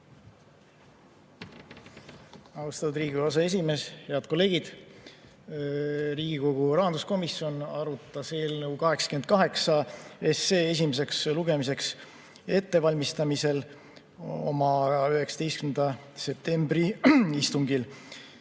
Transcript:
Austatud Riigikogu aseesimees! Head kolleegid! Riigikogu rahanduskomisjon arutas eelnõu 88 esimeseks lugemiseks ettevalmistamisel oma 19. septembri istungil.